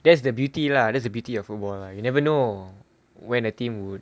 that's the beauty lah that's the beauty of football lah you never know when a team would